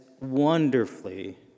wonderfully